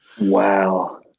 Wow